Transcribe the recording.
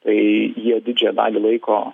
tai jie didžiąją dalį laiko